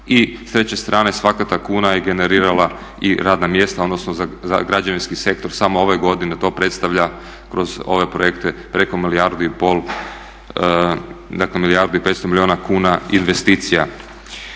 i s treće strane svaka ta kuna je generirala i radna mjesta, odnosno za građevinski sektor samo ove godine to predstavlja kroz ove projekte preko milijardu i pol, dakle milijardu i 500 milijuna kuna investicija.